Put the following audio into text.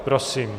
Prosím.